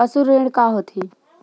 पशु ऋण का होथे?